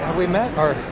we met? ah